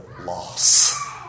loss